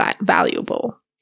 valuable